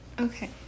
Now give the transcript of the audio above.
Okay